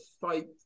fight